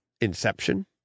inception